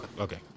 Okay